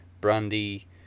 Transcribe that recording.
Brandy